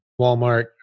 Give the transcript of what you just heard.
Walmart